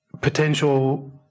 potential